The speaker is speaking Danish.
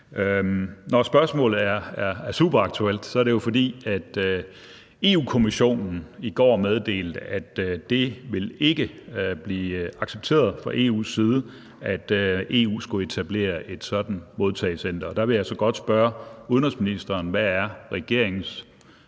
Når spørgsmålet er superaktuelt, er det, fordi Europa-Kommissionen i går meddelte, at det ikke vil blive accepteret fra EU's side, at EU skulle etablere et sådant modtagecenter. Og der vil jeg så godt spørge udenrigsministeren: Hvad er regeringens